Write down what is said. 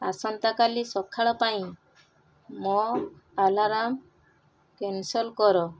ଆସନ୍ତାକାଲି ସକାଳ ପାଇଁ ମୋ ଆଲାର୍ମ୍ କ୍ୟାନ୍ସଲ୍ କର